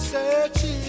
Searching